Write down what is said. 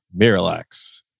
Miralax